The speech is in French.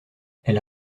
elle